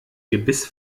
gebiss